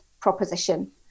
proposition